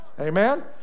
Amen